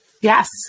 Yes